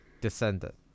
descendant